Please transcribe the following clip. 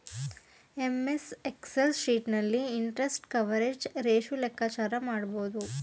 MS Excel sheet ನಲ್ಲಿ interest coverage ratio ಲೆಕ್ಕಾಚಾರ ಮಾಡಬಹುದು